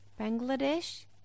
Bangladesh